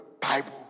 Bible